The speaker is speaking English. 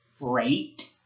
Great